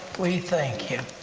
we thank you!